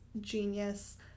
genius